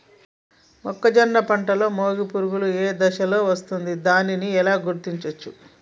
మొక్కజొన్న పంటలో మొగి పురుగు ఏ దశలో వస్తుంది? దానిని ఎలా గుర్తించవచ్చు?